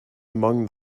among